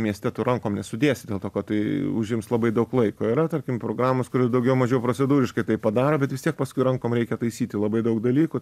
mieste tu rankom nesudėsi dėl to kad tai užims labai daug laiko yra tarkim programos kurios daugiau mažiau procedūriškai tai padaro bet vis tiek paskui rankom reikia taisyti labai daug dalykų